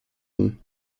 worden